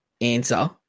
answer